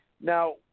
Now